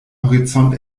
horizont